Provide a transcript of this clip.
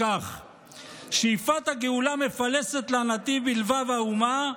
כך: "שאיפת הגאולה מפלסת לה נתיב בלבב האומה,